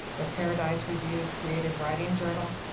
the paradise review creative writing journal,